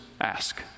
ask